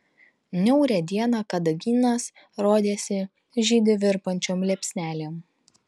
niaurią dieną kadagynas rodėsi žydi virpančiom liepsnelėm